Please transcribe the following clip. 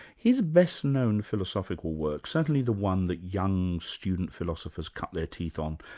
his best known philosophical work, certainly the one that young student philosophers cut their teeth on,